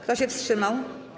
Kto się wstrzymał?